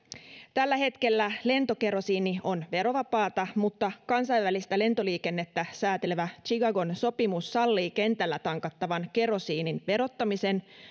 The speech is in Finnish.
tällä hetkellä lentokerosiini on verovapaata mutta kansainvälistä lentoliikennettä säätelevä chicagon sopimus sallii kentällä tankattavan kerosiinin verottamisen